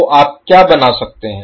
तो आप क्या बना सकते हैं